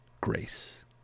grace